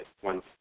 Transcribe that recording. one